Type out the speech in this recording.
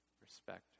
respect